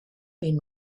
been